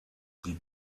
die